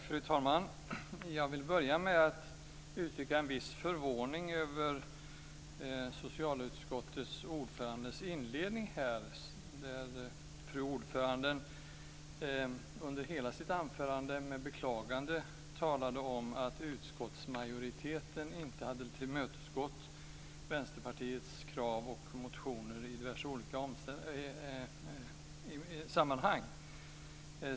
Fru talman! Jag vill börja med att uttrycka en viss förvåning över socialutskottets ordförandes inledning. Fru ordföranden talade under hela sitt anförande med beklagande om att utskottsmajoriteten inte hade tillmötesgått Vänsterpartiets krav och motioner i diverse olika sammanhang.